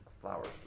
flowers